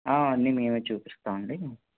ఆ అన్నీ మేమే చూపిస్తాము అండి